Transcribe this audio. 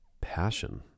passion